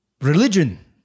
Religion